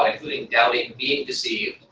um including doubting being deceived,